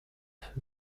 feu